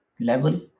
level